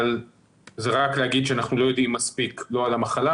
אבל זה רק כדי להגיד שאנחנו לא יודעים מספיק על המחלה,